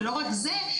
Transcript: ולא רק זה,